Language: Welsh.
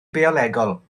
biolegol